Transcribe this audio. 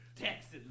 Texas